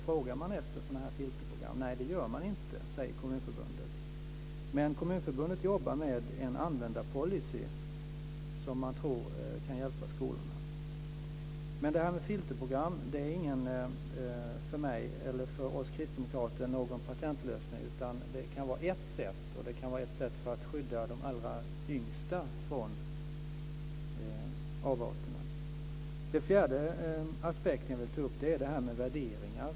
Frågar man efter sådana här filterprogram? Nej, det gör man inte, säger Kommunförbundet. Men Kommunförbundet jobbar med en användarpolicy som man tror kan hjälpa skolorna. Filterprogrammen är inte någon patentlösning för mig eller för oss kristdemokrater, utan det kan vara ett sätt, och det kan vara ett sätt att skydda de allra yngsta från avarterna. Den fjärde aspekten som jag vill ta upp är värderingarna.